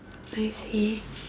I see